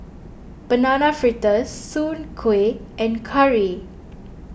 Banana Fritters Soon Kueh and Curry